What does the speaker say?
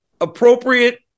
appropriate